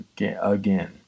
again